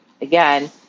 Again